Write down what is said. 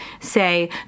say